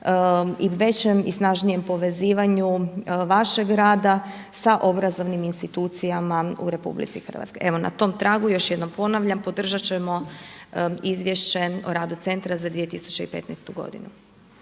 i većem i snažnijem povezivanju vašeg rada sa obrazovnim institucijama u RH. Evo na tom tragu još jednom ponavljam podržat ćemo izvješće o radu centra za 2015. godinu.